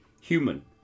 human